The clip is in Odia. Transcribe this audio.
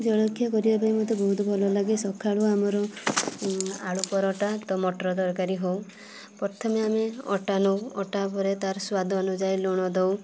ଜଳଖିଆ କରିବା ପାଇଁ ମୋତେ ବହୁତ ଭଲ ଲାଗେ ସକାଳୁ ଆମର ଆଳୁ ପରଟା ମଟର ତରକାରୀ ହେଉ ପ୍ରଥମେ ଆମେ ଅଟା ନେଉ ଅଟା ପରେ ତାର ସ୍ୱାଦ ଅନୁଯାୟୀ ଲୁଣ ଦେଉ